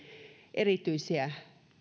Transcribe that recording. erityisiä